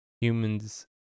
humans